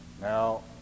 Now